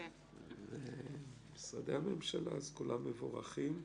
כולם מבורכים.